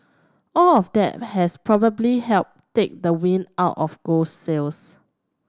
all of that has probably helped take the wind out of gold's sails